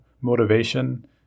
motivation